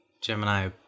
Gemini